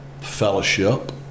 fellowship